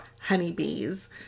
honeybees